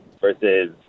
versus